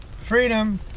Freedom